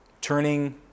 turning